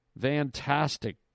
Fantastic